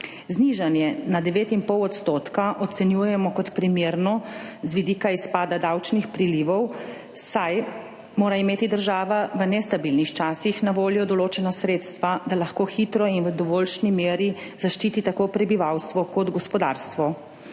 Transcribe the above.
Znižanje na 9,5 % ocenjujemo kot primerno z vidika izpada davčnih prilivov, saj mora imeti država v nestabilnih časih na voljo določena sredstva, da lahko hitro in v dovoljšni meri zaščiti tako prebivalstvo kot gospodarstvo.